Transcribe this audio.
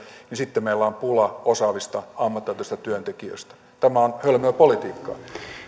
meillä on pula osaavista ammattitaitoisista työntekijöistä tämä on hölmöä politiikkaa